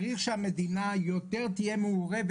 צריך שהמדינה יותר תהיה מעורבת.